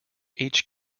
each